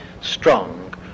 strong